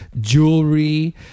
jewelry